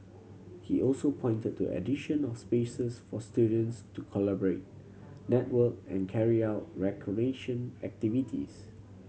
he also pointed to addition of spaces for students to collaborate network and carry out recreation activities